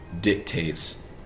dictates